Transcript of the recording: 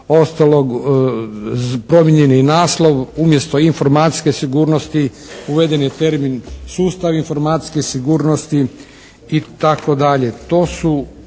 ostalog promijenjen je i naslov. Umjesto informacijske sigurnosti uveden je termin sustav informacijske sigurnosti itd.